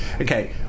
Okay